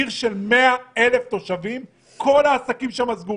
כל העסקים וכל חדרי הכושר שם סגורים,